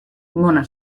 mona